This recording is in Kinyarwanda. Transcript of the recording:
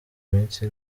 minsi